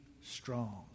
strong